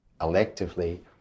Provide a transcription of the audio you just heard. electively